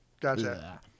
Gotcha